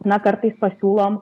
na kartais pasiūlom